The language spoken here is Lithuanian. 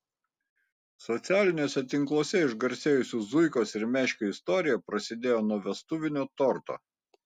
socialiniuose tinkluose išgarsėjusių zuikos ir meškio istorija prasidėjo nuo vestuvinio torto